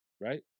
Right